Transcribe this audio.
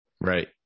Right